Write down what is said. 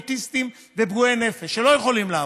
אוטיסטים ופגועי נפש שלא יכולים לעבוד,